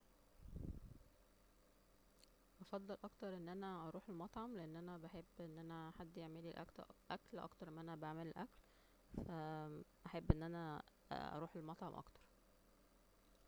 افضل اكتر ان انا اروح مطعم, لان انا بحب ان انا حد يعملى الاكل اكترمن اننا بعمل الاكل, فا احب ان انا اروح المطعم اكتر